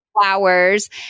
flowers